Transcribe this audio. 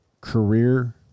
career